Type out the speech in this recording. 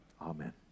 Amen